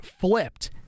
flipped